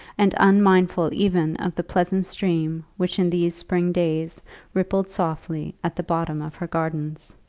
and unmindful even of the pleasant stream which in these spring days rippled softly at the bottom of her gardens.